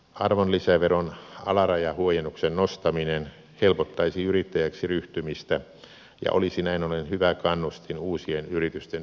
arvonlisäveron alarajahuojennuksen nostaminen helpottaisi yrittäjäksi ryhtymistä ja olisi näin ollen hyvä kannustin uusien yritysten synnyttämiseksi